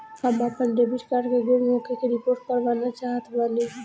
हम आपन debit card के गुम होखे के रिपोर्ट करवाना चाहत बानी